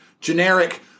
Generic